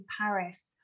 Paris